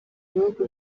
ibihugu